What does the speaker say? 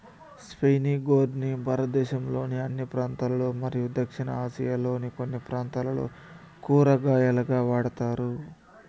spiny gourd ని భారతదేశంలోని అన్ని ప్రాంతాలలో మరియు దక్షిణ ఆసియాలోని కొన్ని ప్రాంతాలలో కూరగాయగా వాడుతారు